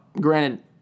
granted